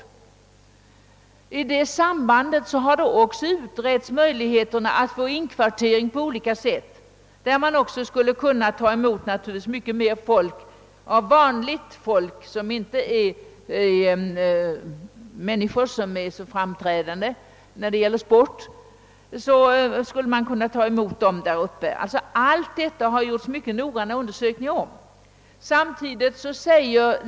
Därvid har man också utrett möjligheterna att ta emot mycket mera vanligt folk, som inte är så framträdande när det gäller sport. Beträffande allt detta har det alltså gjorts mycket ingående undersökningar.